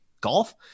golf